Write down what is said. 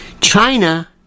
China